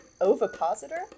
ovipositor